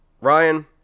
Ryan